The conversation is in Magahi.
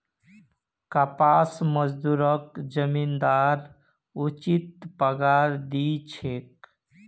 कपास मजदूरक जमींदार उचित पगार दी छेक